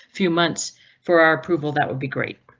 few months for our approval. that would be great.